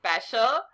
special